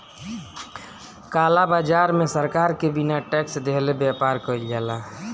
काला बाजार में सरकार के बिना टेक्स देहले व्यापार कईल जाला